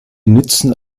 nützen